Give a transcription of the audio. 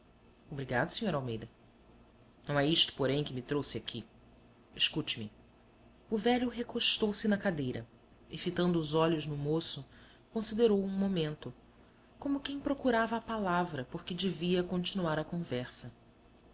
obrigado sr almeida não é isto porém que me trouxe aqui escute me o velho recostou-se na cadeira e fitando os olhos no moço considerou o um momento como quem procurava a palavra por que devia continuar a conversa